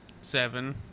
Seven